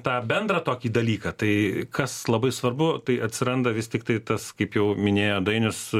tą bendrą tokį dalyką tai kas labai svarbu tai atsiranda vis tiktai tas kaip jau minėjo dainius